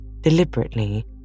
Deliberately